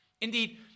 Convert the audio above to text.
Indeed